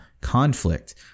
conflict